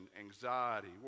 anxiety